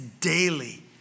daily